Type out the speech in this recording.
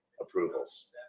approvals